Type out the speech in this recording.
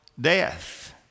death